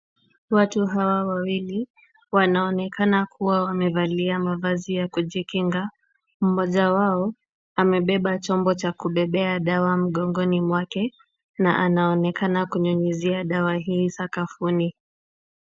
Watu hawa wawili wanaonekana kuwa wamevalia mavazi ya kujikinga. Mmoja wao amebeba chombo cha kubebea dawa mgongoni mwake na anaonekana kunyunyizia dawa hii sakafuni.